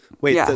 Wait